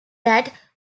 that